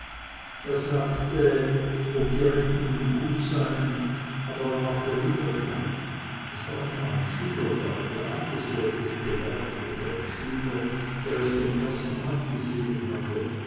er sagte ob die rechnungen gut seien aber er machte wieder keine es war immer ein schüler da der anderswo etwas gelernt oder ein schüler der es dem ersten abgesehen hatte